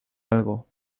algo